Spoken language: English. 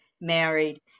married